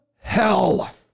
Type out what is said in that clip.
hell